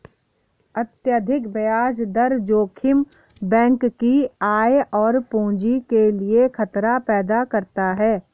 अत्यधिक ब्याज दर जोखिम बैंक की आय और पूंजी के लिए खतरा पैदा करता है